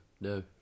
no